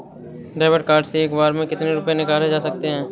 David card से एक बार में कितनी रूपए निकाले जा सकता है?